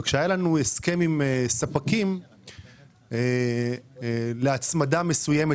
וכשהיה לנו הסכם עם ספקים להצמדה מסוימת